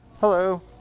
Hello